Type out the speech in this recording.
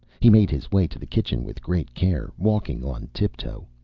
he made his way to the kitchen with great care, walking on tip-toe.